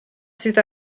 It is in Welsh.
sydd